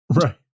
Right